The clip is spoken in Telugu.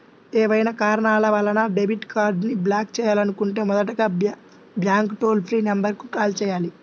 ఏవైనా కారణాల వలన డెబిట్ కార్డ్ని బ్లాక్ చేయాలనుకుంటే మొదటగా బ్యాంక్ టోల్ ఫ్రీ నెంబర్ కు కాల్ చేయాలి